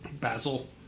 Basil